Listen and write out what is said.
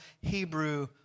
Hebrew